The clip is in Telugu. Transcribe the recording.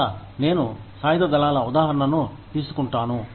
మరల నేను సాయుధ దళాల ఉదాహరణను తీసుకుంటాను